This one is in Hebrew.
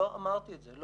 לא אמרתי את זה.